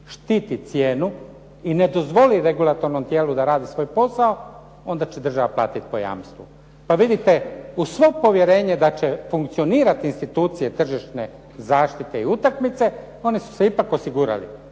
štiti cijenu i ne dozvoli regulatornom tijelu da radi svoj posao, onda će država platiti po jamstvu. Pa vidite, uz svo povjerenje da će funkcionirati institucije tržišne zaštite i utakmice, oni su se ipak osigurali,